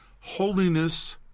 Holiness